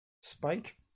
Spike